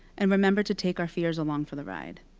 and remember to take our fears along for the ride.